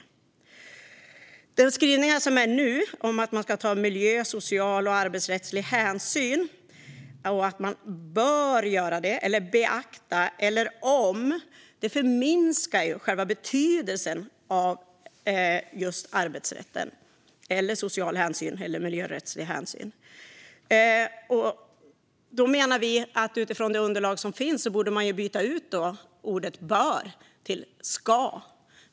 I de skrivningar som finns nu om att man ska ta miljö, social och arbetsrättslig hänsyn används ord som "bör", "beakta" och "om", och de förminskar själva betydelsen av just arbetsrätten, social hänsyn och miljörättslig hänsyn. Vi menar att man utifrån det underlag som finns borde byta ut ordet "bör" till "ska".